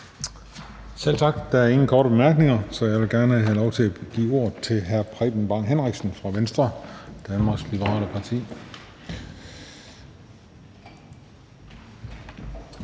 Selv tak. Der er ingen korte bemærkninger, så jeg vil gerne have lov til at give ordet til hr. Preben Bang Henriksen fra Venstre, Danmarks Liberale Parti.